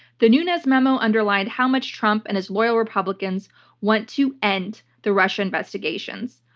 the nunes memo underlined how much trump and his loyal republicans want to end the russia investigations.